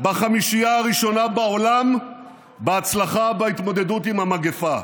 בחמישייה הראשונה בעולם בהצלחה בהתמודדות עם המגפה.